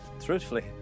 Truthfully